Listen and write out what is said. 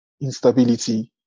instability